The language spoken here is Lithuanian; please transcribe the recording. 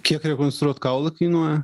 kiek rekonstruot kaulų kainuoja